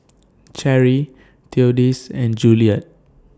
Sherry Theodis and Juliet